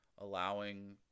allowing